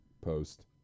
Post